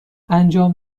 انجام